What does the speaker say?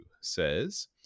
says